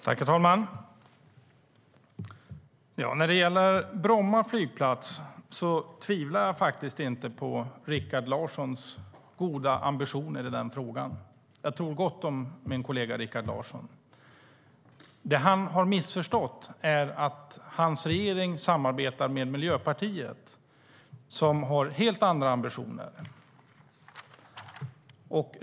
STYLEREF Kantrubrik \* MERGEFORMAT LuftfartsfrågorHerr talman! När det gäller Bromma flygplats tvivlar jag inte på Rikard Larssons goda ambitioner - jag tror gott om min kollega Rikard Larsson. Men det han har missförstått är att hans regering samarbetar med Miljöpartiet, som har helt andra ambitioner.